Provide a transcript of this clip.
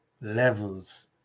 levels